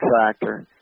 tractor